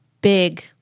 big